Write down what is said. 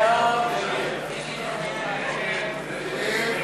קבוצת סיעת רע"ם-תע"ל-מד"ע וקבוצת סיעת